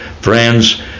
Friends